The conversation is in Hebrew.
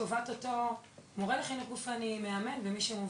לטובת אותו מורה לחינוך גופני, מאמן, ומי שמוביל.